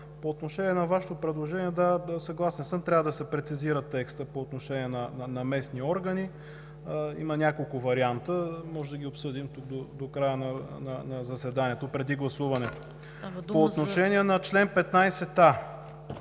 по отношение на Вашето предложение, да, съгласен съм, трябва да се прецезира текстът по отношение на местните органи. Има няколко варианта и можем да ги обсъдим до края на заседанието, преди гласуването. По отношение на чл. 15а,